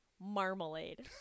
Marmalade